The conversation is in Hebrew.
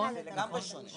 זה לגמרי שונה.